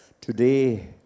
Today